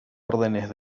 órdenes